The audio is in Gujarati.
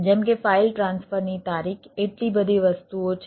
જેમ કે ફાઈલ ટ્રાન્સફર છે